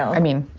i mean,